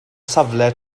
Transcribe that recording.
safle